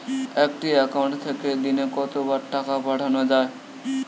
একটি একাউন্ট থেকে দিনে কতবার টাকা পাঠানো য়ায়?